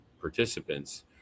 participants